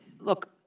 look